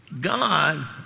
God